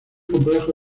complejo